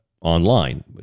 online